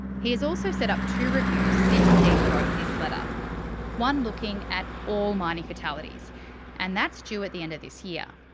he has also set up two reviews since steve wrote this letter one looking at all mining fatalities and that's due at the end of this year.